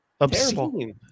obscene